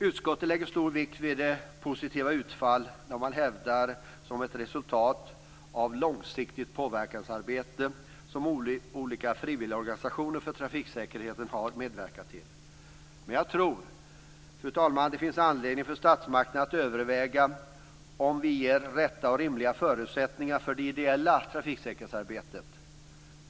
Utskottet lägger stor vikt vid det positiva utfall man hävdar som ett resultat av långsiktigt påverkansarbete som olika frivilligorganisationer för trafiksäkerhet har medverkat till. Fru talman! Det finns anledning för statsmakterna att överväga om vi ger rätta och rimliga förutsättningar för det ideella trafiksäkerhetsarbetet.